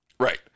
right